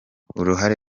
uruhare